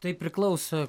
tai priklauso